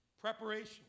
Preparation